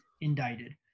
indicted